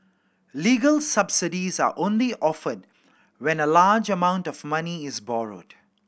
legal subsidies are only offered when a large amount of money is borrowed